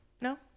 No